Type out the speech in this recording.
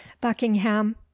buckingham